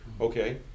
okay